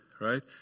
right